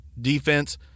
defense